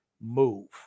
move